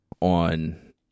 on